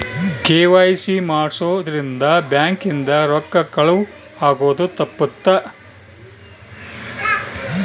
KYC ಮಾಡ್ಸೊದ್ ರಿಂದ bank ಇಂದ ರೊಕ್ಕ ಕಳುವ್ ಆಗೋದು ತಪ್ಪುತ್ತ